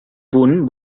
punt